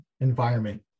environment